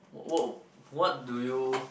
what what what do you